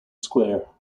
square